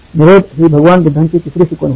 "निरोध" ही भगवान बुद्धांची तिसरी शिकवण होती